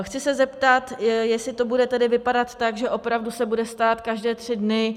Chci se zeptat, jestli to bude tedy vypadat tak, že opravdu se bude stát každé tři dny...